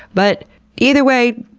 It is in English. but either way,